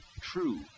true